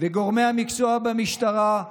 וגורמי המקצוע במשטרה,